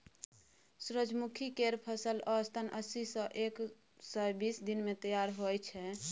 सूरजमुखी केर फसल औसतन अस्सी सँ एक सय बीस दिन मे तैयार होइ छै